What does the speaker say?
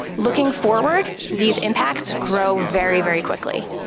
looking forward, these impacts grow very, very quickly,